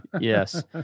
Yes